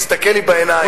תסתכל לי בעיניים.